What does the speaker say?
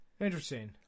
interesting